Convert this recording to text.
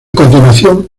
continuación